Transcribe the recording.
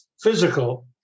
physical